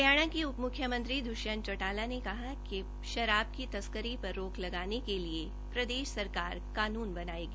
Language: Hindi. हरियाणा के उप मुख्यमंत्री दृष्यंत चौटाला ने कहा है कि शराब की तस्करी पर रोक लगाने के लिए प्रदेश सरकार कानून बनायेगी